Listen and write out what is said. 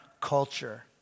culture